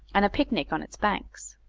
and a picnic on its banks.